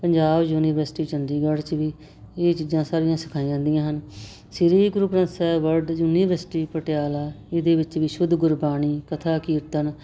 Punjab university Chandigarh 'ਚ ਵੀ ਇਹ ਚੀਜ਼ਾਂ ਸਾਰੀਆਂ ਸਿਖਾਈਆਂ ਜਾਂਦੀਆਂ ਹਨ ਸ਼੍ਰੀ ਗੁਰੂ ਗ੍ਰੰਥ ਸਾਹਿਬ ਵਰਡ ਯੂਨੀਵਰਸਿਟੀ ਪਟਿਆਲਾ ਇਹਦੇ ਵਿੱਚ ਵੀ ਸ਼ੁੱਧ ਗੁਰਬਾਣੀ ਕਥਾ ਕੀਰਤਨ